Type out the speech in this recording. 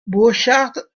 burchard